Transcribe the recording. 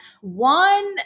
One